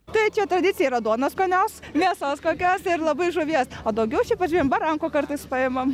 tai čia tradicija yra duonos skanios mėsos kokios ir labai žuvies o daugiau šiaip važiuojam barankų kartais paimam